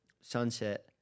Sunset